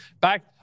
back